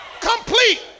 Complete